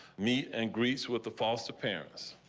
meet and greets with the false the parents.